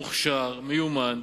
מוכשר, מיומן,